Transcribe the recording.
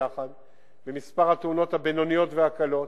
במספר התאונות הבינוניות והקלות.